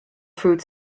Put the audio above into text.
food